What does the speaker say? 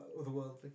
otherworldly